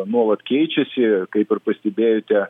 nuolat keičiasi kaip ir pastebėjote